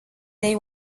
they